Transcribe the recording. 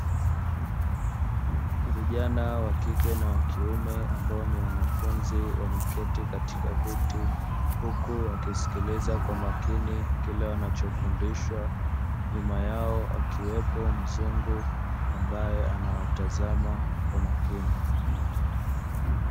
Vijana wakike na wakiume ambao ni wanafunzi wameketi katika viti huku wakisikiliza kwa makini kile wanachofundishwa, nyuma yao akiwepo mzungu ambaye anawatazama kwa makini.